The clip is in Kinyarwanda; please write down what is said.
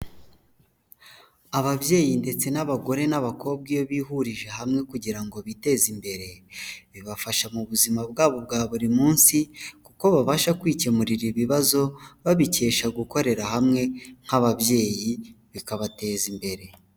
Ababyeyi ndetse n'abagore n'abakobwa iyo bihurije hamwe kugira ngo biteze imbere, bibafasha mu buzima bwabo bwa buri munsi, kuko babasha kwikemurira ibibazo babikesha gukorera hamwe, nk'ababyeyi bikabateza imbere.